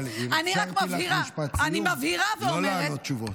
טלי, טלי, אפשרתי לך משפט סיום, לא לענות תשובות.